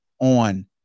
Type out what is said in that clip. on